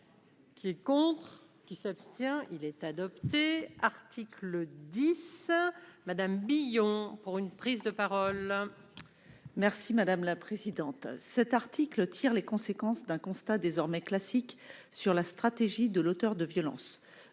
Qui compte. Qui s'abstient, il est adopté, article 10. Madame Billon pour une prise de parole. Merci madame la présidente, cet article tire les conséquences d'un constat désormais classique sur la stratégie de l'auteur de violences,